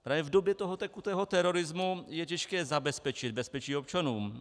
Právě v době toho tekutého terorismu je těžké zabezpečit bezpečí občanům.